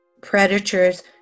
predators